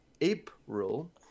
April